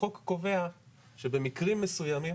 החוק קובע שבמקרים מסוימים,